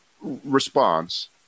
response